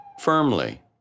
firmly